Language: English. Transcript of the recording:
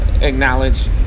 acknowledge